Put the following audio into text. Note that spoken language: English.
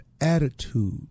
attitude